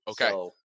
Okay